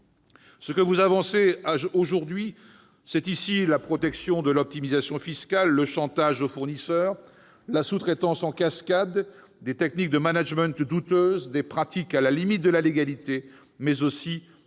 ce que vous faites avancer, c'est la protection de l'optimisation fiscale, le chantage au fournisseur, la sous-traitance en cascade, les techniques de management douteuses, les pratiques à la limite de la légalité, mais aussi de possibles